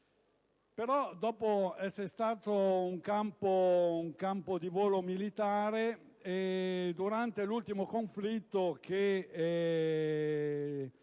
Dopo essere stato un campo di volo militare, durante l'ultimo conflitto venne